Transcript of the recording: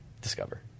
Discover